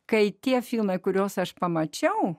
kai tie filmai kuriuos aš pamačiau